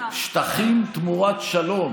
"שטחים תמורת שלום",